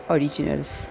Originals